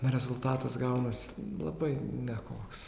rezultatas gaunasi labai nekoks